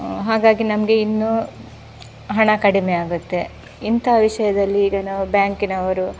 ಹಾಗಾಗಿ ನಮಗೆ ಇನ್ನೂ ಹಣ ಕಡಿಮೆ ಆಗುತ್ತೆ ಇಂಥ ವಿಷಯದಲ್ಲಿ ಈಗ ನಾವು ಬ್ಯಾಂಕಿನವರು